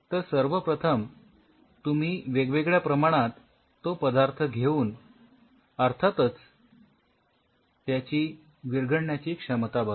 तर सर्वप्रथम तुम्ही वेगवेगळ्या प्रमाणात तो पदार्थ घेऊन अर्थातच त्याची विरघडण्याची क्षमता बघाल